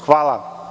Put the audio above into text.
Hvala.